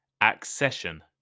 Accession